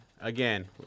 Again